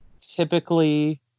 typically